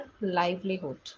livelihood